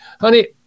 honey